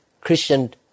Christian